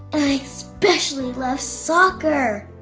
i especially love soccer